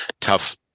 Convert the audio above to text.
tough